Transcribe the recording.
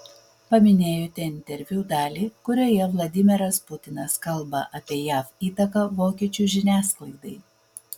paminėjote interviu dalį kurioje vladimiras putinas kalba apie jav įtaką vokiečių žiniasklaidai